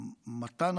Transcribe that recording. מתן